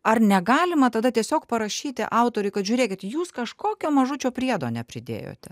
ar negalima tada tiesiog parašyti autoriui kad žiūrėkit jūs kažkokio mažučio priedo nepridėjote